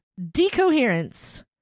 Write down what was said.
decoherence